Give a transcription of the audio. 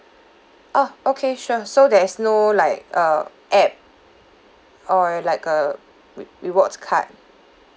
oh okay sure so there is no like uh app or like a re~ rewards card